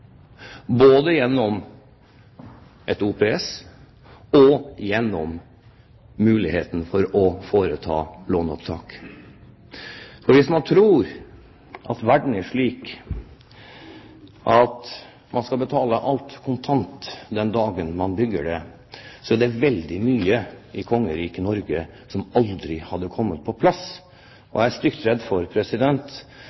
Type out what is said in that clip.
både gjennom et OPS og gjennom muligheten for å foreta låneopptak. Hvis man tror at verden er slik at man skal betale alt kontant den dagen man bygger det, er det veldig mye i Kongeriket Norge som aldri hadde kommet på plass.